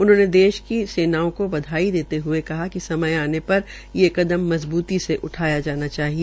उन्होंने देश की सेनाओं को बधाई देते हये कहा कि समय आने पर ये कदम मजबूती से उठाया जाना चाहिए